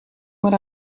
maar